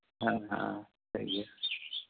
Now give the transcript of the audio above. ᱦᱮᱸ ᱦᱮᱸ ᱴᱷᱤᱠ ᱜᱮᱭᱟ